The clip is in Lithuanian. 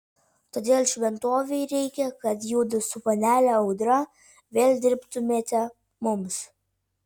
todėl šventovei reikia kad judu su panele audra vėl dirbtumėte mums